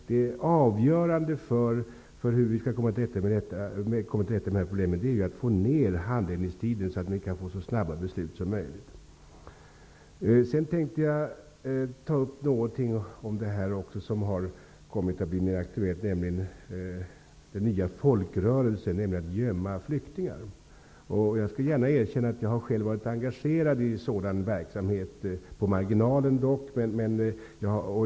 Det avgörande för hur vi skall komma till rätta med problemen är att få ner handläggningstiderna, så att vi kan få så snabba beslut som möjligt. Sedan tänkte jag något beröra det som kommit att bli mera aktuellt, nämligen den nya folkrörelsen att gömma flyktingar. Jag skall gärna erkänna att jag själv varit engagerad i sådan verksamhet, dock på marginalen.